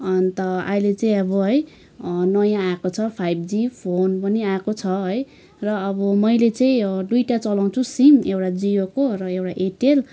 अन्त अहिले चाहिँ अब है नयाँ आएको छ फाइभ जी फोन पनि आएको छ है र अब मैले चाहिँ दुईवटा चलाउँछु सिम एउटा चाहिँ जियोको र एउटा एयरटेल